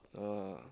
uh